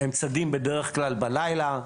הם צדים בדרך כלל בלילה,